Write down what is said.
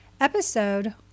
Episode